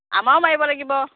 আমাৰো মাৰিব লাগিব